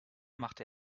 machte